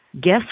guess